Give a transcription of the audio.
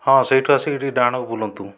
ହଁ ସେହିଠୁ ଆସିକି ଟିକେ ଡାହାଣକୁ ବୁଲନ୍ତୁ